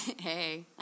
Hey